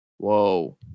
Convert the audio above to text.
Whoa